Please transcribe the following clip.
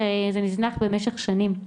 כי זה נזנח במשך שנים.